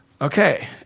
Okay